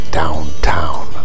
downtown